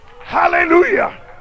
Hallelujah